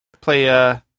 Play